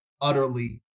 utterly